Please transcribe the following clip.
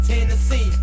Tennessee